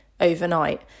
overnight